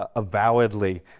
ah avowedly